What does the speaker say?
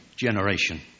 generation